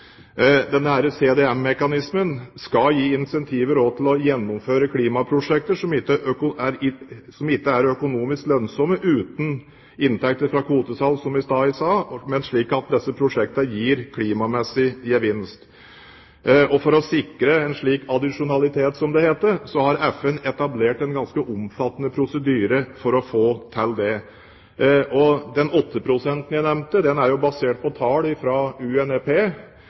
Denne CDM-mekanismen skal også gi incentiver til å gjennomføre klimaprosjekter som ikke er økonomisk lønnsomme uten inntekter fra kvotesalg, som jeg sa i stad, men slik at disse prosjektene gir klimamessig gevinst. For å sikre en slik addisjonalitet, som det heter, har FN etablert en ganske omfattende prosedyre for å få til dette. Den 8-prosenten som jeg nevnte, er basert på tall